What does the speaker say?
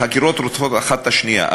החקירות רודפות האחת את השנייה,